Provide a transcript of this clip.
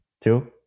Two